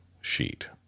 sheet